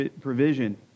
provision